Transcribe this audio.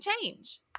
change